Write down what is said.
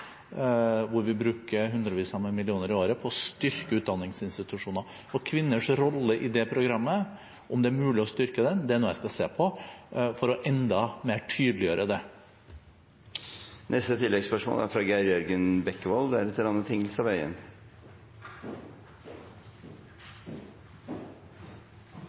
hvor vi bruker hundrevis av millioner kroner i året på å styrke utdanningsinstitusjoner. Om det er mulig å styrke kvinners rolle i det programmet, er noe jeg skal se på, for å tydeliggjøre det enda mer.